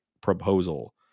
proposal